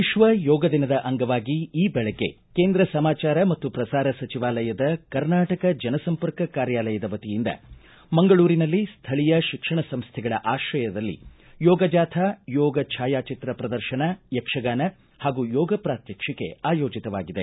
ವಿಶ್ವ ಯೋಗ ದಿನದ ಅಂಗವಾಗಿ ಈ ಬೆಳಗ್ಗೆ ಕೇಂದ್ರ ಸಮಾಚಾರ ಮತ್ತು ಪ್ರಸಾರ ಸಚಿವಾಲಯದ ಕರ್ನಾಟಕ ಜನ ಸಂಪರ್ಕ ಕಾರ್ಯಲಯದ ವತಿಯಿಂದ ಮಂಗಳೂರಿನಲ್ಲಿ ಸ್ಥಳೀಯ ಶಿಕ್ಷಣ ಸಂಸ್ಥೆಗಳ ಆಶ್ರಯದಲ್ಲಿ ಯೋಗ ಜಾಥಾ ಯೋಗ ಛಾಯಾಚಿತ್ರ ಪ್ರದರ್ಶನ ಯಕ್ಷಗಾನ ಹಾಗೂ ಯೋಗ ಪ್ರಾತ್ನಕ್ಷಿಕೆ ಆಯೋಜಿತವಾಗಿದೆ